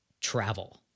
travel